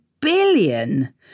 billion